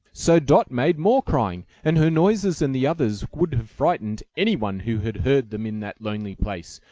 so dot made more crying, and her noises and the others would have frightened anyone who had heard them in that lonely place,